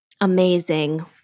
Amazing